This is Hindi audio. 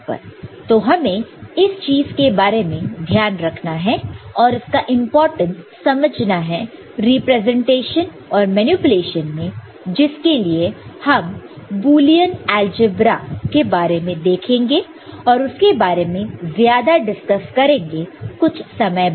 तो हमें इस चीज के बारे में ध्यान रखना है और इसका इंपॉर्टेंटस समझना है रिप्रेजेंटेशन और मैनिपुलेशन में जिसके लिए हम बुलियन अलजेब्रा के बारे में देखेंगे और उसके बारे में ज्यादा डिस्कस करेंगे कुछ समय बाद